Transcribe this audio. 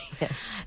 yes